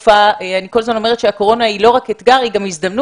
אני כל הזמן אומרת שהקורונה היא לא רק אתגר אלא היא גם הזדמנות.